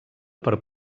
per